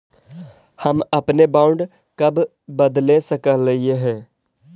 हम अपने बॉन्ड कब बदले सकलियई हे